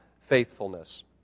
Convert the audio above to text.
faithfulness